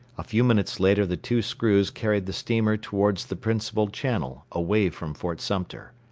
a few minutes later the two screws carried the steamer towards the principal channel, away from fort sumter.